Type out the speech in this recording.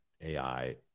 AI